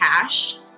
cash